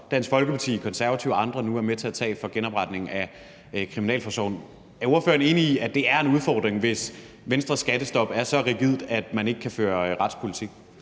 Dansk Folkeparti, Konservative og andre nu er med til at tage for genopretningen af kriminalforsorgen. Er ordføreren enig i, at det er en udfordring, hvis Venstres skattestop er så rigidt, at man ikke kan føre retspolitik?